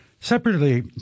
Separately